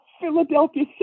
Philadelphia